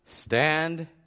Stand